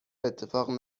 اتفاق